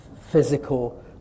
physical